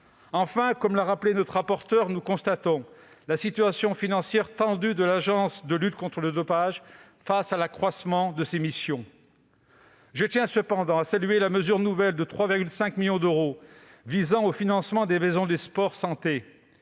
Enfin, comme l'a rappelé notre rapporteur, nous constatons la situation financière tendue de l'Agence française de lutte contre le dopage face à l'accroissement de ses missions. Je tiens cependant à saluer la mesure nouvelle de 3,5 millions d'euros visant au financement des maisons sport-santé,